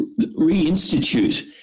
reinstitute